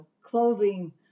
clothing